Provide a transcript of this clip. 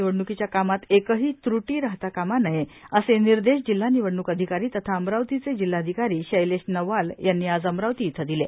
निवडणूकीच्या कामात एकही त्रुटी राहता कामा नये असे निर्देश जिल्हा निवडणूक अधिकारी तथा अमरावतीचे जिल्हधिकारी शैलेश नवाल यांनी आज अमरावती इथं दिले